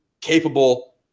capable